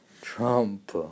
Trump